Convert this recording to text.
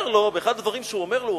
ואחד הדברים שהוא אומר לו,